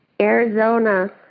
Arizona